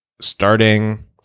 starting